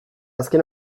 azken